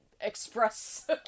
express